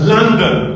London